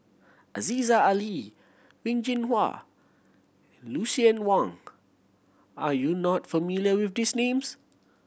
Aziza Ali Wen Jinhua Lucien Wang are you not familiar with these names